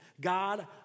God